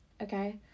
Okay